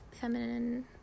feminine